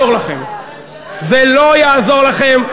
זה לא יעזור לכם.